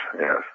yes